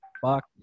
fuck